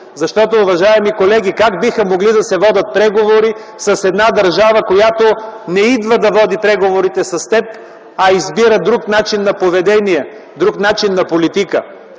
Защото, уважаеми колеги, как биха могли да се водят преговори с една държава, която не идва да води преговорите с теб, а избира друг начин на поведение, друг начин на политика?